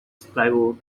stable